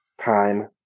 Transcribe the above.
time